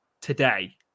today